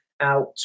out